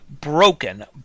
broken